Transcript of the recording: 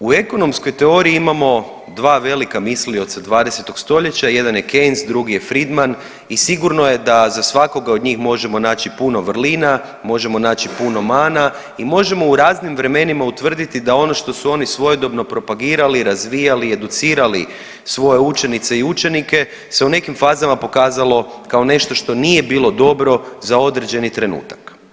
U ekonomskoj teoriji imamo dva velika mislioca 20. stoljeća, jedan je Keynes, drugi je Friedman i sigurno je da za svakoga od njih možemo naći puno vrlina, možemo naći puno mana i možemo u raznim vremenima utvrditi da ono što su oni svojedobno propagirali i razvijali i educirali svoje učenice i učenike se u nekim fazama pokazalo kao nešto što nije bilo dobro za određeni trenutak.